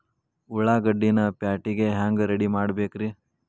ಉಳ್ಳಾಗಡ್ಡಿನ ಪ್ಯಾಟಿಗೆ ಹ್ಯಾಂಗ ರೆಡಿಮಾಡಬೇಕ್ರೇ?